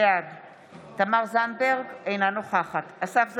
בעד תמר זנדברג, אינה נוכחת אסף זמיר,